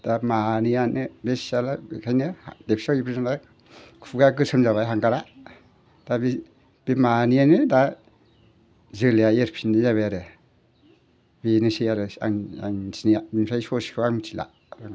दा मानैया माने बे सियाला ओंखायनो देमसि एज्रिहैबाय नालाय खुगा गोसोम जाबाय हांगारा दा बे बे मानैयानो दा जोलैया एरफिननाय जाबाय आरो बेनोसै आरो आं आंनि मिथिनाया ओमफ्राय ससेखौ आं मिथिला बेखौ